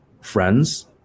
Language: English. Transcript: friends